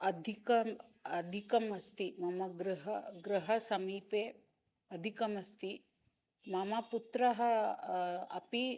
अधिकम् अधिकमस्ति मम गृह गृहसमीपे अधिकमस्ति मम पुत्रः अपि